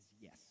yes